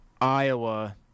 Iowa